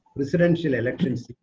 presidential elections,